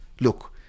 Look